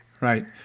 Right